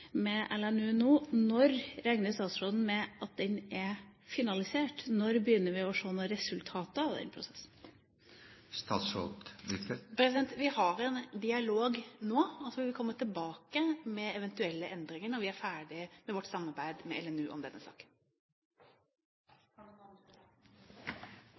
med LNU nå: Når regner statsråden med at den er finansiert? Når begynner vi å se noen resultater av den prosessen? Vi har en dialog nå, og så vil vi komme tilbake med eventuelle endringer når vi er